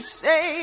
say